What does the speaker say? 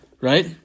Right